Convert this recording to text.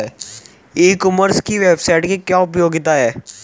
ई commerce की website की क्या उपयोगिता है?